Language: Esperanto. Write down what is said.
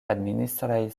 administraj